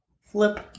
Flip